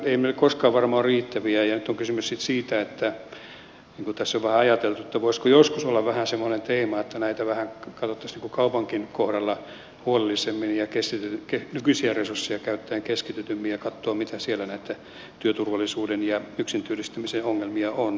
ei meillä koskaan varmaan ole riittäviä resursseja ja nyt on kysymys siitä niin kuin tässä on vähän ajateltu että voisiko joskus olla vähän semmoinen teema että näitä vähän katsottaisiin kaupankin kohdalla huolellisemmin ja nykyisiä resursseja käytettäisiin keskitetymmin ja katsottaisiin mitä siellä näitä työturvallisuuden ja yksintyöskentelyn ongelmia on